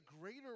greater